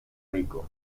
rico